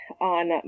on